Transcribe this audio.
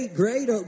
great